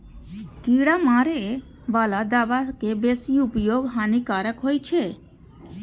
कीड़ा मारै बला दवा के बेसी उपयोग हानिकारक होइ छै